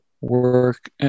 work